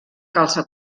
calça